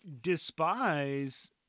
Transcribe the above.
despise